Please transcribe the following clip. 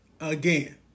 Again